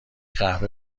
قهوه